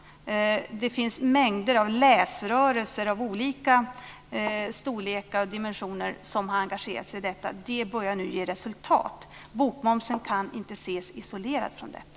Det finns mängder av läsrörelser av olika storlekar och dimensioner som har engagerat sig i detta, och det börjar nu ge resultat. Bokmomsen kan inte ses isolerat från detta.